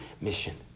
mission